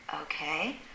Okay